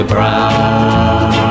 Brown